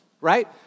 right